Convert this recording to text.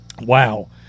Wow